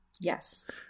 Yes